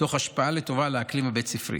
תוך השפעה לטובה על האקלים הבית ספרי,